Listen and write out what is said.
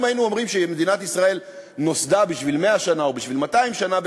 אם היינו אומרים שמדינת ישראל נוסדה בשביל 100 שנה או בשביל 200 שנה,